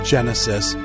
Genesis